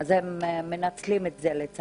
אז לצערי הם מנצלים זאת.